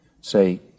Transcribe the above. say